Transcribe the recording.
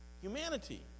Humanity